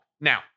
Now